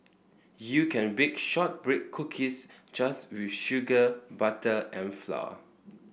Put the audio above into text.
you can bake shortbread cookies just with sugar butter and flour